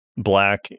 black